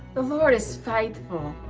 the lord is faithful.